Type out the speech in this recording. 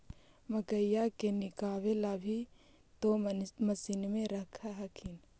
मकईया के निकलबे ला भी तो मसिनबे रख हखिन?